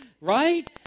Right